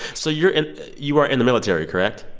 so you're in you are in the military, correct?